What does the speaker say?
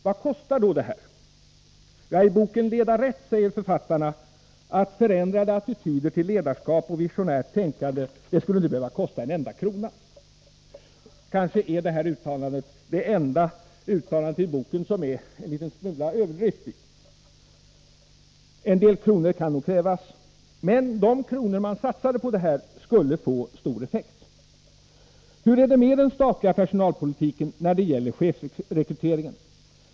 Vad kostar då detta? Ja, i boken Leda rätt säger författarna att förändrade attityder till ledarskap och visionärt tänkande inte skulle behöva kosta en enda krona. Kanske är detta det enda uttalande i boken som det ligger en smula överdrift i. En del kronor kan nog krävas, men de kronor man satsade skulle få stor effekt. Hur är det med den statliga personalpolitiken när det gäller chefsrekryteringen?